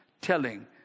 telling